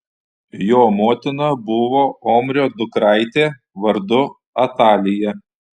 jo motina buvo omrio dukraitė vardu atalija